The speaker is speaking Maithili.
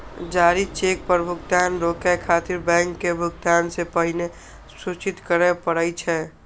जारी चेक पर भुगतान रोकै खातिर बैंक के भुगतान सं पहिने सूचित करय पड़ै छै